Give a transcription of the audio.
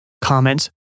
comments